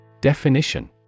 Definition